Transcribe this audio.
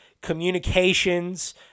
communications